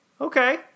Okay